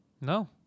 No